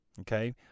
Okay